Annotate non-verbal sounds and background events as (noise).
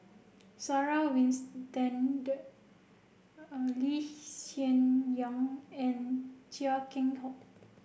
Sarah Winstedt (hesitation) Lee Hsien Yang and Chia Keng Hock